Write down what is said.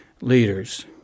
leaders